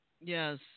Yes